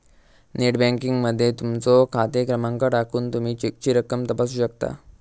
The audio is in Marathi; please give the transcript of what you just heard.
नेट बँकिंग मध्ये तुमचो खाते क्रमांक टाकून तुमी चेकची रक्कम तपासू शकता